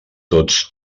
tots